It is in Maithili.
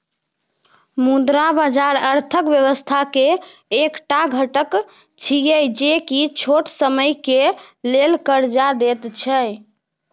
मुद्रा बाजार अर्थक व्यवस्था के एक टा घटक छिये जे की छोट समय के लेल कर्जा देत छै